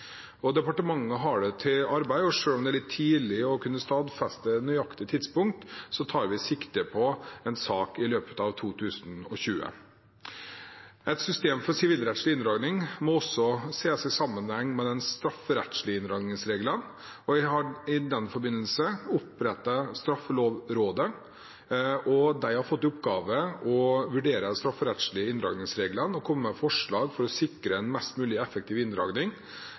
Departementet har det til arbeid. Selv om det er litt tidlig å kunne stadfeste nøyaktig tidspunkt, tar jeg sikte på en sak i løpet av 2020. Et system for sivilrettslig inndragning må også ses i sammenheng med de strafferettslige inndragningsreglene. I den forbindelse har jeg opprettet Straffelovrådet, som har fått i oppgave å vurdere de strafferettslige inndragningsreglene og komme med forslag for å sikre en mest mulig effektiv inndragning